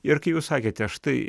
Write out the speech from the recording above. ir kai jūs sakėte štai